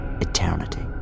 Eternity